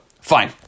Fine